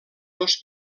dos